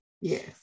Yes